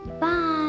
bye